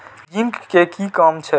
Zinc के कि काम छै?